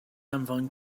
anfon